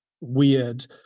weird